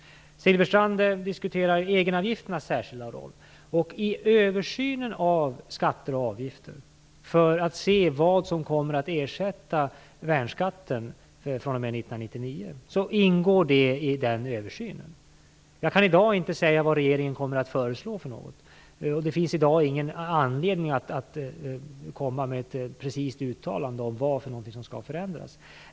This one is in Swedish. Silfverstrand diskuterar egenavgifternas särskilda roll. Detta är något som ingår i den översyn av skatter och avgifter som görs för att se vad som kommer att ersätta värnskatten fr.o.m. 1999. Jag kan i dag inte säga vad regeringen kommer att föreslå, och det finns i dag heller ingen anledning att komma med ett precist uttalande om vad som skall förändras.